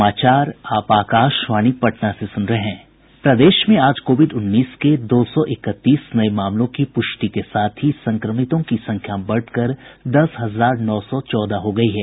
प्रदेश में आज कोविड उन्नीस के दो सौ इकतीस नये मामलों की पुष्टि के साथ ही संक्रमितों की संख्या बढ़कर दस हजार नौ सौ चौदह हो गयी है